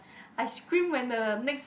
I scream when the next